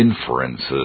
inferences